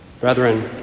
Brethren